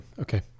okay